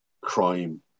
crime